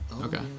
Okay